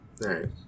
right